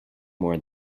more